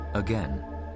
Again